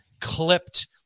clipped